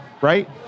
right